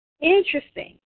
interesting